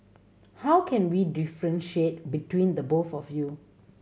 how can we differentiate between the both of you